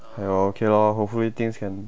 !aiyo! okay lor hopefully things can